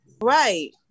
Right